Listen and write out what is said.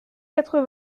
quatre